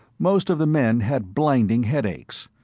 most of the men had blinding headaches,